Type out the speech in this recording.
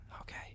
Okay